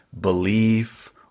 belief